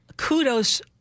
Kudos